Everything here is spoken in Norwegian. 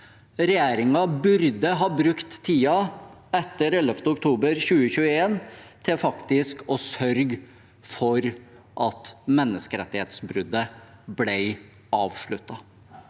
Regjeringen burde ha brukt tiden etter 11. oktober 2021 til å sørge for at menneskerettighetsbruddet ble avsluttet.